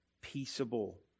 peaceable